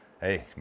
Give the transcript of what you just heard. hey